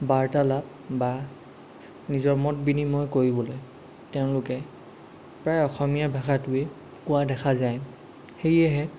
বাৰ্তালাপ বা নিজৰ মত বিনিময় কৰিবলৈ তেওঁলোকে প্ৰায় অসমীয়া ভাষাটোৱেই কোৱা দেখা যায় সেয়েহে